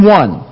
one